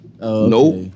Nope